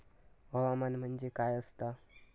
हवामान म्हणजे काय असता?